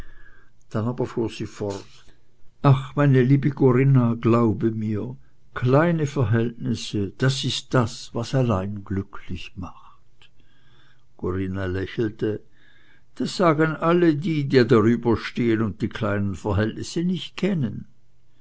dann aber fuhr sie fort ach meine liebe corinna glaube mir kleine verhältnisse das ist das was allein glücklich macht corinna lächelte das sagen alle die die drüberstehen und die kleinen verhältnisse nicht kennen